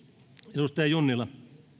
edustaja junnila arvoisa